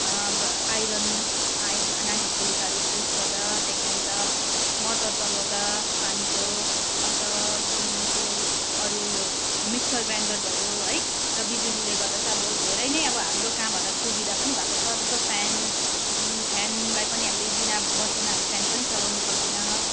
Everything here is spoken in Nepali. ब आइरन आइन नानीहरूको लुगाहरू प्रेस गर्दा त्यहाँदेखि अन्त मोटर चलाउँदा पानीको अन्त के अरू उयो मिक्सर ग्राइन्डर भयो है र बिजुलीले गर्दा चाहिँ अब धेरै नै अब हाम्रो कामहरूलाई सुविधा पनि भएको छ जस्तो फ्यान फ्यानलाई पनि हामीले विना बत्तीमा हामीले फ्यान पनि चलाउनु सक्दैनौँ